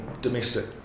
domestic